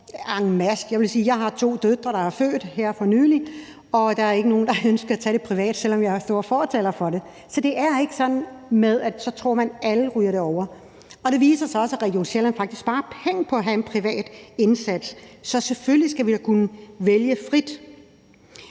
jeg har to døtre, der har født her for nylig, og der var ikke nogen, der ønskede at tage det private tilbud, selv om jeg er stor fortaler for det. Så til det der med, at man tror, at alle ryger derover, vil jeg sige, at sådan er det ikke. Og det viser sig også, at Region Sjælland faktisk sparer penge på at have en privat indsats. Så selvfølgelig skal vi da kunne vælge frit.